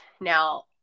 Now